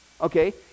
Okay